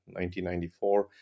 1994